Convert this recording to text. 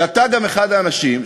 שאתה גם אחד האנשים,